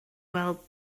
weld